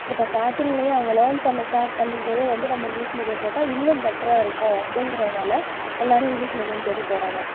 இப்போ ஸ்டார்டிங்லே அவங்க லேர்ன் பண்ண ஸ்டார்ட் பண்ணும்போதே வந்து நம்ம இங்கிலிஷ் மீடியம் போட்டால் இன்னும் பெட்டரா இருக்கும் அப்படிங்குறதுனால எல்லாரும் இங்கிலிஷ் மீடியம் தேடி போகிறாங்க